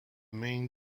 main